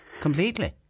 completely